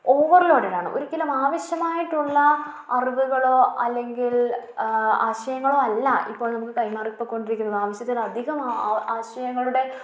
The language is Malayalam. ഓവർലോഡഡാണ് ഒരിക്കലും ആവശ്യമായിട്ടുള്ള അറിവുകളോ അല്ലെങ്കിൽ ആശയങ്ങളോ അല്ല ഇപ്പോൾ നമുക്ക് കൈമാറിപ്പോയ്ക്കൊണ്ടിരിക്കുന്നത് ആവശ്യത്തിന് അധികം ആശയങ്ങളുടെ